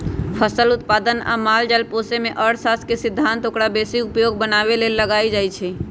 फसल उत्पादन आ माल जाल पोशेमे जे अर्थशास्त्र के सिद्धांत ओकरा बेशी उपयोगी बनाबे लेल लगाएल जाइ छइ